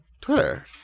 Twitter